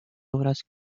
obras